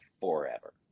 forever